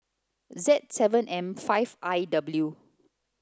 Z seven M five I W